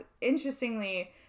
Interestingly